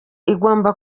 igomba